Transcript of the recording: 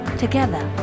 together